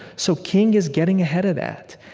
so king is getting ahead of that.